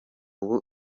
ubu